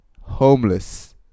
homeless